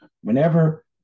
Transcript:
whenever